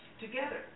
together